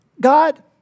God